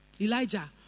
Elijah